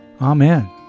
Amen